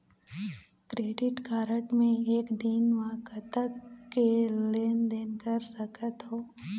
Credit card मे एक दिन म कतक के लेन देन कर सकत हो?